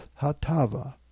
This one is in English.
Hatava